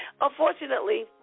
unfortunately